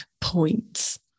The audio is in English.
points